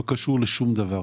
לא קשור לשום דבר.